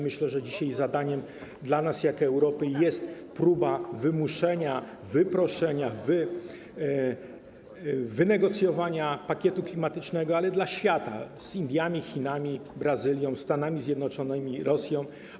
Myślę, że dzisiaj zadaniem zarówno dla nas, jak i dla Europy jest próba wymuszenia, wyproszenia, wynegocjowania pakietu klimatycznego, ale dla świata, łącznie z Indiami, Chinami, Brazylią, Stanami Zjednoczonym i Rosją.